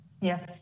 Yes